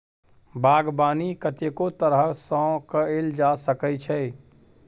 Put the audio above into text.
बागबानी कतेको तरह सँ कएल जा सकै छै